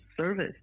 Service